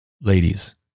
Ladies